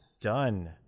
Done